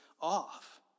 off